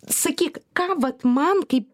sakyk ką vat man kaip